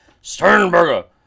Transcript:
Sternberger